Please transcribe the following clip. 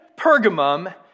Pergamum